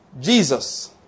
Jesus